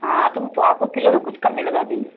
हाँ तुम तो आपको किलो में कुछ कम में लगा देंगे